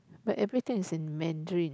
but everything is in Mandarin